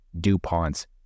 DuPonts